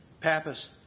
Pappas